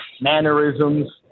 mannerisms